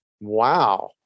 Wow